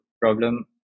problem